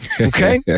Okay